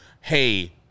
hey